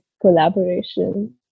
collaboration